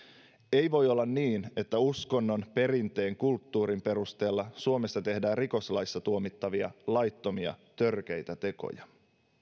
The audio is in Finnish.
ei voi olla niin että uskonnon perinteen kulttuurin perusteella suomessa tehdään rikoslaissa tuomittavia laittomia törkeitä tekoja